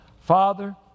Father